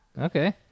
Okay